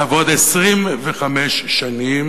לעבוד 25 שנים